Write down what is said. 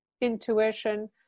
intuition